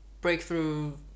breakthrough